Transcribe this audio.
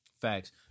Facts